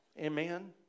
Amen